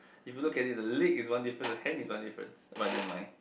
if you look at it the leg is one different the hand is one difference but never mind